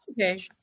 Okay